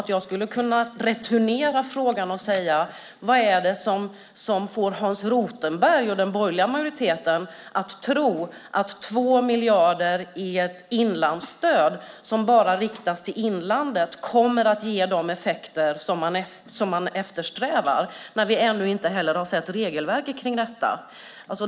Jag skulle kunna returnera frågan och säga: Vad är det som får Hans Rothenberg och den borgerliga majoriteten att tro att 2 miljarder i ett inlandsstöd, som alltså bara riktas till inlandet, kommer att ge de effekter som man eftersträvar? Vi har ju ännu inte sett regelverket för detta.